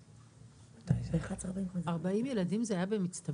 40 ילדים זה היה במצטבר.